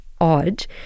odd